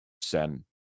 Sen